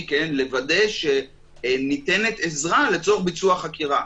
לוודא שניתנת עזרה לצורך ביצוע חקירה.